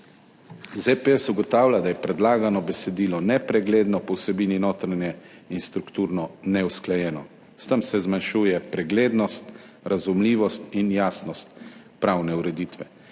ZPS ugotavlja, da je predlagano besedilo nepregledno, po vsebini, notranje in strukturno neusklajeno. S tem se zmanjšuje preglednost, razumljivost in jasnost pravne ureditve.